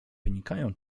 wynikają